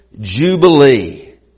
Jubilee